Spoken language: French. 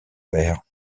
père